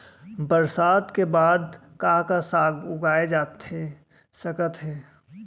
बरसात के बाद का का साग उगाए जाथे सकत हे?